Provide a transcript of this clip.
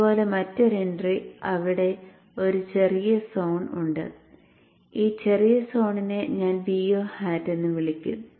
ഇതുപോലെ മറ്റൊരു എൻട്രി അവിടെ ഒരു ചെറിയ സോൺ ഉണ്ട് ഈ ചെറിയ സോണിനെ ഞാൻ Vo hat എന്ന് വിളിക്കും